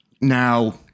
Now